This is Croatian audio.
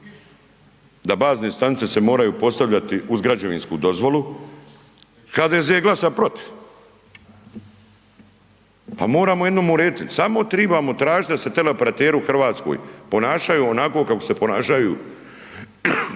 da bazne stanice se moraju postavljati uz građevinsku dozvolu HDZ je glasao protiv. Pa moramo jednom urediti, samo tribamo tražiti da se teleoperateri u Hrvatskoj ponašaju onako kako se ponašaju u